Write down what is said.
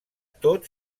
tot